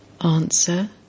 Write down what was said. Answer